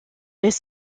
les